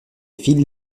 files